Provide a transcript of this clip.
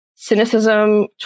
Cynicism